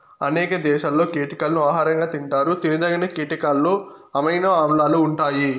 అనేక దేశాలలో కీటకాలను ఆహారంగా తింటారు తినదగిన కీటకాలలో అమైనో ఆమ్లాలు ఉంటాయి